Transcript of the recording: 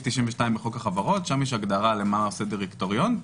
92 בחוק החברות - שם יש הגדרה למה עושה דירקטוריון.